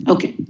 Okay